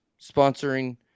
sponsoring